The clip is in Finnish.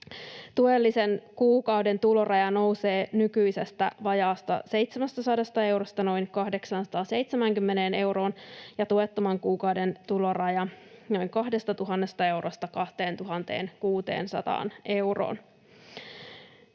Tuellisen kuukauden tuloraja nousee nykyisestä vajaasta 700 eurosta noin 870 euroon ja tuettoman kuukauden tuloraja noin 2 000 eurosta 2 600 euroon.